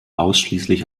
ausschließlich